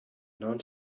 non